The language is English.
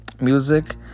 music